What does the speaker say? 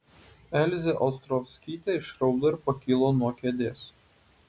elzė ostrovskytė išraudo ir pakilo nuo kėdės